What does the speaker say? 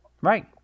Right